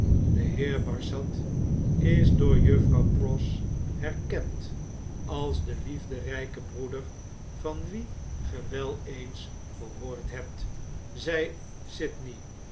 de heer barsad is door juffrouw pross herkend als de liefdergke broeder van wien ge wel eens gehoord hebt zei